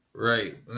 Right